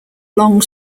long